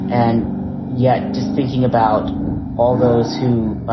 and yet just thinking about all those who.